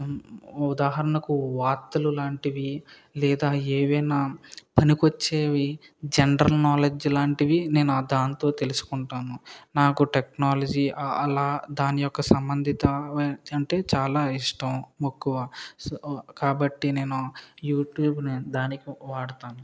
ఉదాహరణకు వార్తలు లాంటివి లేదా ఏవైనా పనికొచ్చేవి జనరల్ నాలెడ్జి లాంటివి నేను దానితో తెలుసుకుంటాను నాకు టెక్నాలజీ అలా దాని యొక్క సంబంధిత అంటే చాలా ఇష్టం మక్కువ సో కాబట్టి నేను యూట్యూబ్ని దానికి వాడతాను